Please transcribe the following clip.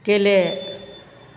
गेले